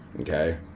okay